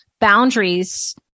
boundaries